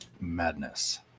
madness